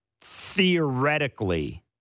Theoretically